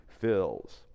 fills